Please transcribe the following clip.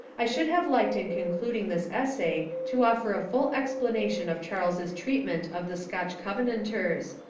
i should have liked in concluding this essay to offer a full explanation of charles's treat ment of the scotch covenanters.